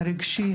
הרגשי,